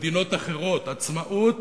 במדינות אחרות, עצמאות